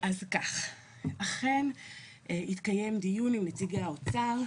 אכן התקיים דיון עם נציגי האוצר,